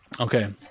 Okay